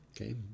okay